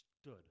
stood